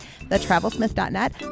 TheTravelsmith.net